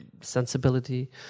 sensibility